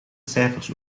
cijfers